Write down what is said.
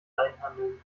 einhandeln